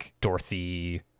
Dorothy